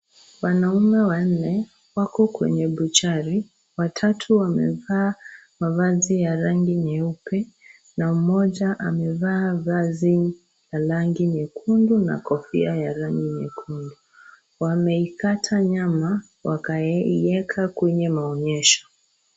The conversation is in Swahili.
Wanaume wanne wako kwenye buchari. Watatu wamevaa mavazi ya rangi nyeupe na mmoja amevaa vazi la rangi nyekundu na kofia ya rangi nyekundu . Wameikata nyama wakaiweka kwenye maonyesho.